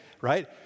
right